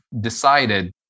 decided